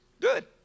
Good